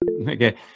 Okay